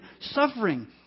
suffering